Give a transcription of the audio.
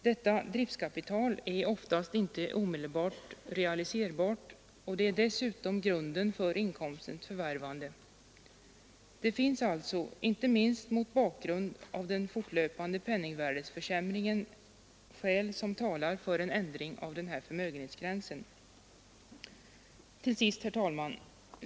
Detta driftskapital är oftast inte omedelbart realiserbart, och det är dessutom grunden för inkomstens förvärvande. Det finns alltså, inte minst mot bakgrund av den fortlöpande penningvärdesförsämringen, skäl som talar för en ändring av den här förmögenhetsgränsen. Till sist herr talman!